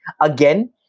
again